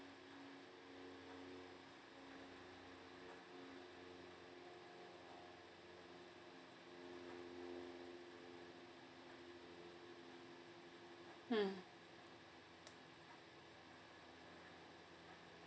mm